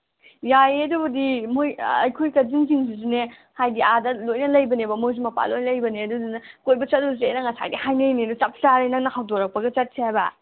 ꯌꯥꯏꯌꯦ ꯑꯗꯨꯕꯨꯗꯤ ꯃꯣꯏ ꯑꯩꯈꯣꯏ ꯀꯖꯤꯟꯁꯤꯡꯁꯤꯁꯨꯅꯦ ꯍꯥꯏꯗꯤ ꯑꯥꯗ ꯂꯣꯏꯅ ꯂꯩꯕꯅꯦꯕ ꯃꯣꯏꯁꯨ ꯃꯄꯥꯟ ꯂꯣꯏ ꯂꯩꯕꯅꯦ ꯑꯗꯨꯗꯨꯅ ꯀꯣꯏꯕ ꯆꯠꯂꯨꯁꯦꯅ ꯉꯁꯥꯏꯗꯒꯤ ꯍꯥꯏꯅꯩꯅꯦ ꯑꯗꯨ ꯆꯞ ꯆꯥꯔꯦ ꯅꯪꯅ ꯍꯧꯗꯣꯔꯛꯄꯒ ꯆꯠꯁꯦ ꯍꯥꯏꯕ